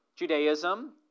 Judaism